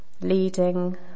leading